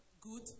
good